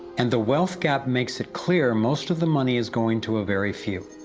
and the wealth gap makes it clear most of the money is going to a very few.